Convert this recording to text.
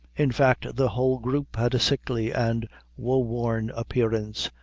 in fact, the whole group had a sickly and wo-worn appearance,